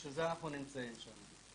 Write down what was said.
בשביל זה אנחנו נמצאים שם.